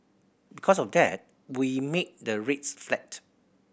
because of that we made the rates flat